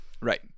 Right